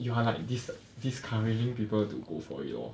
you are like dis~ discouraging people to go for it lor